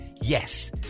yes